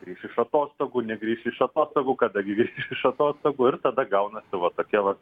grįš iš atostogų negrįš iš atostogų kada grįš iš atostogų ir tada gaunasi va tokie vat